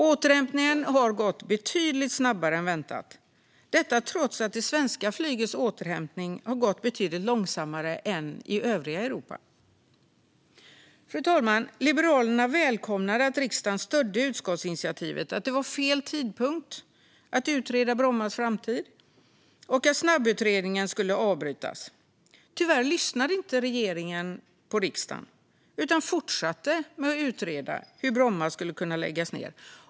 Återhämtningen har gått betydligt snabbare än väntat, detta trots att det svenska flygets återhämtning har gått betydligt långsammare än återhämtningen för flyget i övriga Europa. Liberalerna välkomnade att riksdagen stödde utskottsinitiativet att det var fel tidpunkt att utreda Brommas framtid och att snabbutredningen skulle avbrytas. Tyvärr lyssnade inte regeringen på riksdagen utan fortsatte utreda hur Bromma ska kunna läggas ned.